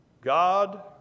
God